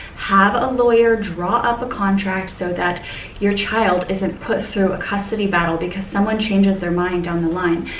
have a lawyer draw up a contract, so that your child isn't put through a custody battle because someone changes their mind down the line.